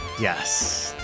yes